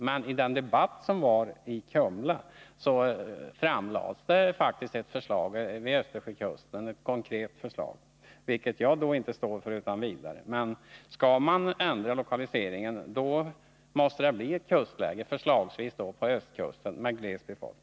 Men i den debatt som ägde rum i Kumla framlades det faktiskt ett konkret förslag om en plats vid Östersjökusten, vilket jag inte utan vidare står för. Men skall man ändra lokaliseringen måste det bli fråga om ett kustläge, förslagsvis på östkusten, med gles befolkning.